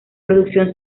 producción